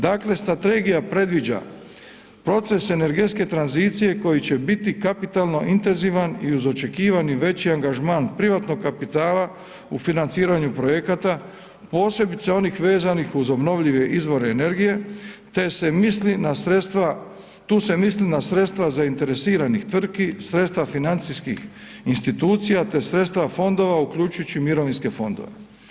Dakle, strategija predviđa proces energetske tranzicije koji će biti kapitalno intenzivan i uz očekivani veći angažman privatnog kapitala u financiranju projekata, posebice onih vezanih uz obnovljive izvore energije te se misli na sredstva, tu se misli na sredstva zainteresiranih tvrtki, sredstva financijskih institucija te sredstva fondova uključujući mirovinske fondove.